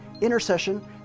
intercession